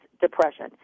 depression